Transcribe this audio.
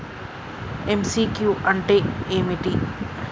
MCQ అంటే ఏమిటి?